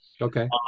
Okay